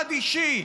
מעמד אישי,